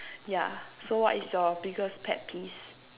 yeah so what is your biggest pet peeves